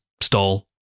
stall